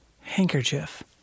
Handkerchief